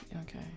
Okay